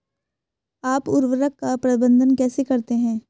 आप उर्वरक का प्रबंधन कैसे करते हैं?